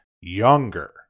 younger